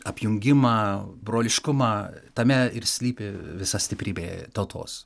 apjungimą broliškumą tame ir slypi visa stiprybė tautos